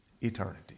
eternity